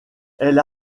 elle